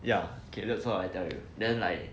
ya okay that's all I tell you then like